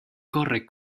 corre